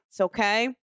okay